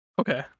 Okay